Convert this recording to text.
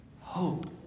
Hope